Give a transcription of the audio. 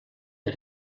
der